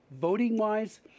voting-wise